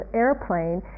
airplane